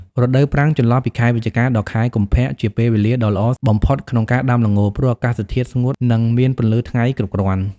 រដូវប្រាំង ចន្លោះពីខែវិច្ឆិកា ដល់ខែកុម្ភៈ ជាពេលវេលាដ៏ល្អបំផុតក្នុងការដាំល្ង ព្រោះអាកាសធាតុស្ងួត និងមានពន្លឺថ្ងៃគ្រប់គ្រាន់។